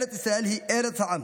ארץ ישראל היא ארץ העם,